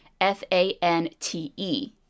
F-A-N-T-E